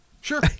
sure